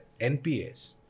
NPS